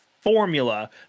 formula